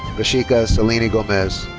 breishka sileeany gomez.